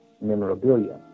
memorabilia